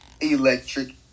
electric